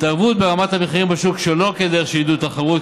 התערבות ברמת המחירים בשוק שלא בדרך של עידוד התחרות,